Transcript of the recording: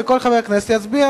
וכל חבר כנסת יצביע